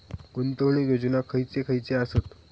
गुंतवणूक योजना खयचे खयचे आसत?